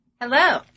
Hello